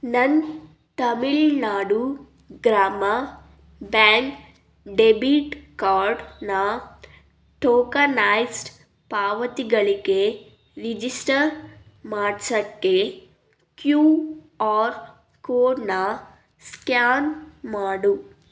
ನನ್ನ Tamil Nadu Grama bank debit ಕಾರ್ಡ್ನ tokenised ಪಾವತಿಗಳಿಗೆ ರಿಜಿಸ್ಟರ್ ಮಾಡ್ಸಕ್ಕೆ ಕ್ಯೂ ಆರ್ ಕೋಡ್ನ ಸ್ಕ್ಯಾನ್ ಮಾಡು